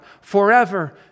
forever